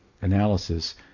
analysis